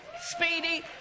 speedy